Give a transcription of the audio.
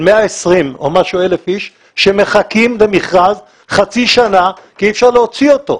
של 120,000 אנשים שמחכים למכרז חצי שנה כי אי אפשר להוציא אותו.